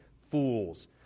fools